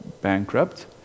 bankrupt